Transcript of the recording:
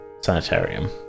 sanitarium